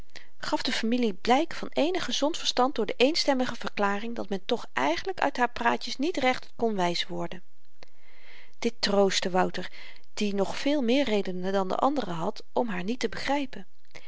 gaf de heele familie blyk van eenig gezond verstand door de eenstemmige verklaring dat men toch eigenlyk uit haar praatjes niet recht kon wys worden dit troostte wouter die nog veel meer redenen dan de anderen had om haar niet te begrypen